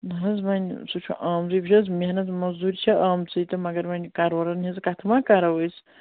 نہ حظ وۄنۍ سُہ چھُ آمتُے وُچھ حظ محنت موٚزوٗرۍ چھےٚ آمژٕے تہٕ مگر وۄنۍ کَرورَن ہِنٛز کَتھٕ ما کَرو أسۍ